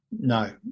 No